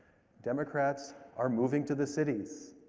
democrats are moving to the cities.